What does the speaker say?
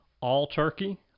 all-turkey